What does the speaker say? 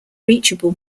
reachable